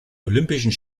olympischen